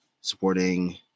supporting